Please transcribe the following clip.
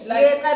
Yes